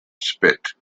spit